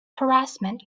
harassment